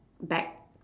back